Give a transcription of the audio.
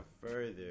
further